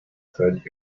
seid